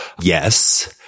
Yes